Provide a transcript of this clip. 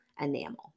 enamel